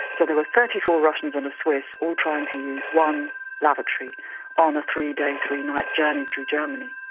sort of thirty four russians and a swiss all trying to use one lavatory on a three-day, three-night journey through germany.